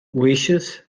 wishes